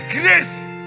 grace